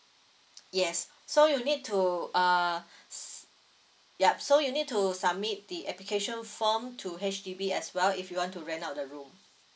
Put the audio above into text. yes so you need to uh s~ yup so you need to submit the application form to H_D_B as well if you want to rent out the room